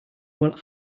will